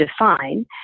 define